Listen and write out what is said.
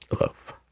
love